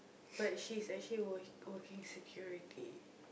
but she's actually work~ working security